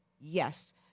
Yes